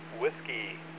Whiskey